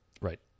Right